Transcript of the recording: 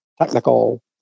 technical